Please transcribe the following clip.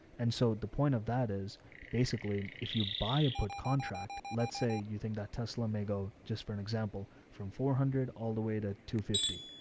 and so the point of that is basically if you buy a put contract, let's say you think that tesla may go just for an example from four hundred all the way to two fifty.